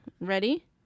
ready